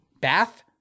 Bath